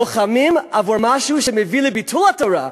לוחמים עבור משהו שמביא לביטול התורה,